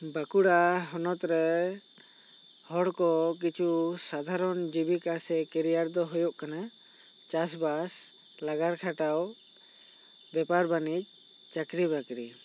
ᱵᱟᱸᱠᱩᱲᱟ ᱦᱚᱱᱚᱛ ᱨᱮ ᱦᱚᱲᱠᱚ ᱠᱤᱪᱷᱩ ᱥᱟᱫᱷᱟᱨᱚᱱ ᱡᱤᱵᱤᱠᱟ ᱥᱮ ᱠᱮᱨᱤᱭᱟᱨ ᱫᱚ ᱦᱩᱭᱩᱜ ᱠᱟᱱᱟ ᱪᱟᱥ ᱵᱟᱥ ᱞᱮᱵᱟᱨ ᱠᱷᱟᱴᱟᱣ ᱵᱮᱯᱟᱨ ᱵᱟᱹᱱᱤᱡ ᱪᱟᱹᱠᱨᱤ ᱵᱟᱠᱨᱤ